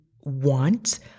want